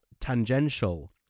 tangential